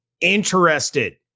interested